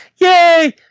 Yay